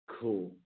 Cool